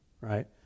right